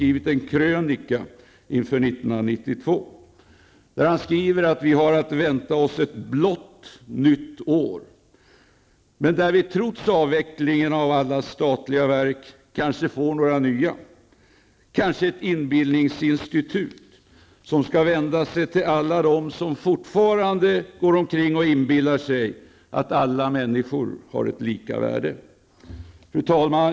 I en krönika inför 1992 skriver han att vi har att vänta oss ett ''blått nytt år'', där vi trots avvecklingen av alla statliga verk kanske får några nya, kanske ett ''inbillningsinstitut'' som skall vända sig till alla dem som fortfarande går omkring och inbillar sig att alla människor har ett lika värde. Fru talman!